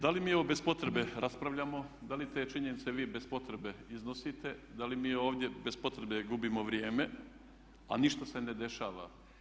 Da li mi ovo bez potrebe raspravljamo, da li te činjenice vi bez potrebe iznosite, da li mi ovdje bez potrebe gubimo vrijeme, a ništa se ne dešava.